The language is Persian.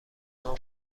نام